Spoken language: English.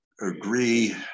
agree